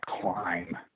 climb